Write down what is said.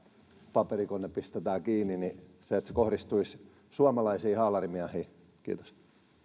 paperikone pistetään kiinni ja että ne kohdistuisivat suomalaisiin haalarimiehiin kiitos